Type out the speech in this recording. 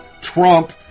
trump